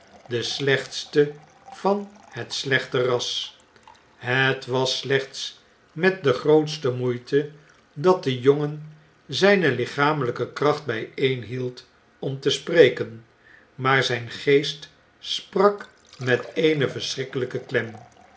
broeder deslechtste van het slechte ras het was slechts met de grootste moeite dat de jongen zijne lichamelijke kracht bijeenhield om te spreken maar zijn geest sprak met eene verschrikkelijke